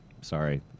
sorry